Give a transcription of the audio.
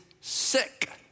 sick